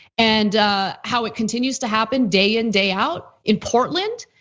and how it continues to happen day in day out in portland.